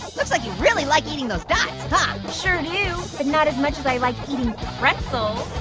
looks like you really like eating those dots, huh? sure do, but not as much as i like eating pretzels.